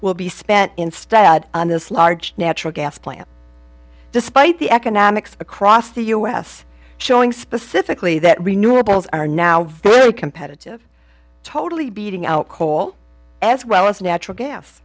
will be spent instead on this large natural gas plant despite the economics across the u s showing specifically that renewables are now very competitive totally beating out coal as well as natural gas